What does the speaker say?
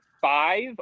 five